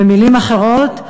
במילים אחרות,